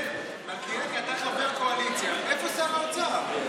מלכיאלי, אתה חבר הקואליציה, איפה שר האוצר?